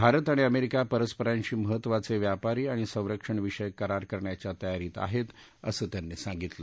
भारत आणि अमेरिका परस्परांशी महत्त्वाचे व्यापारी आणि संरक्षणविषयक करार करण्याच्या तयारीत आहेत असं त्यांनी सांगितलं